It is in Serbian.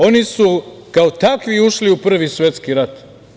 Oni su kao takvi ušli u Prvi svetski rat.